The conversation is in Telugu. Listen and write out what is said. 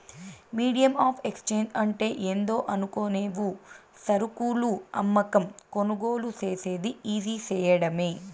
మీడియం ఆఫ్ ఎక్స్చేంజ్ అంటే ఏందో అనుకునేవు సరుకులు అమ్మకం, కొనుగోలు సేసేది ఈజీ సేయడమే